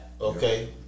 okay